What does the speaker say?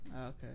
okay